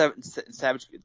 Savage